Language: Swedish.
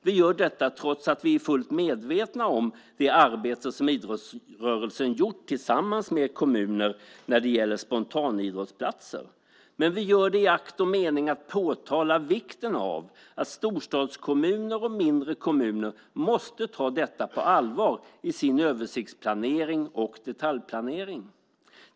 Vi gör detta trots att vi är fullt medvetna om det arbete som idrottsrörelsen gjort tillsammans med kommuner när det gäller spontanidrottsplatser. Men vi gör det i akt och mening att påtala vikten av att storstadskommuner och mindre kommuner måste ta detta på allvar i sin översiktsplanering och detaljplanering.